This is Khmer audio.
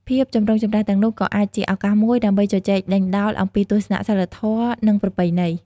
ភាពចម្រូងចម្រាសទាំងនោះក៏អាចជាឱកាសមួយដើម្បីជជែកដេញដោលអំពីទស្សនៈសីលធម៌និងប្រពៃណី។